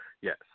Yes